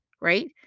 right